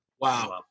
Wow